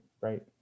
right